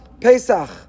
Pesach